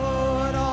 Lord